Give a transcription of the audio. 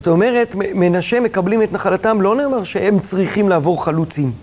זאת אומרת, מנשה מקבלים את נחלתם, לא נאמר שהם צריכים לעבור חלוצים.